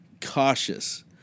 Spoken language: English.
cautious